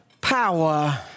power